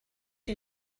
you